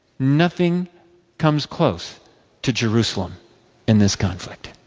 nothing comes close to jerusalem in this conflict.